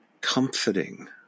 comforting